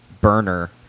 burner